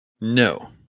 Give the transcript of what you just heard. No